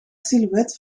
silhouet